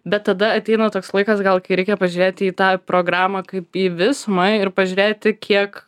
bet tada ateina toks laikas gal kai reikia pažiūrėti į tą programą kaip į visumą ir pažiūrėti kiek